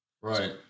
Right